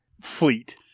fleet